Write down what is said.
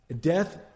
Death